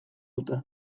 dute